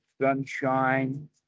sunshine